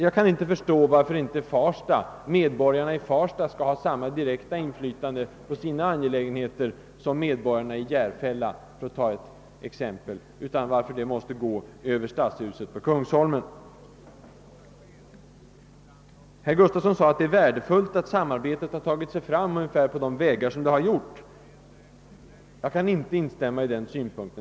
Jag kan inte förstå varför inte medborgarna i stadsdelen Farsta skall ha samma direkta inflytande rörande sina angelägenheter som t.ex. medborgarna i Järfälla; varför allt för dem måste gå över stadshuset på Kungsholmen. Herr Gustafsson i Barkarby sade att det är värdefullt att samarbetet sökt sig fram på de vägar som har skett. Jag kan inte instämma i denna synpunkt.